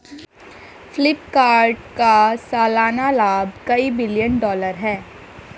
फ्लिपकार्ट का सालाना लाभ कई बिलियन डॉलर है